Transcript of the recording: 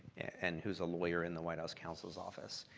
and who's a lawyer in the white house council's office.